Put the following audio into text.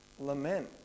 Lament